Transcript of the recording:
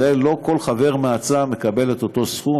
לא כל חבר מועצה מקבל את אותו סכום,